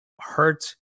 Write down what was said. hurt